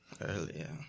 Earlier